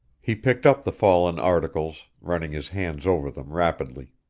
he picked up the fallen articles, running his hands over them rapidly.